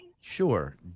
Sure